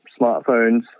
smartphones